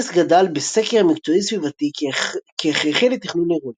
גדס דגל בסקר מקצועי סביבתי כהכרחי לתכנון עירוני,